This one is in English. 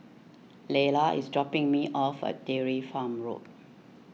Layla is dropping me off at Dairy Farm Road